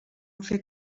fer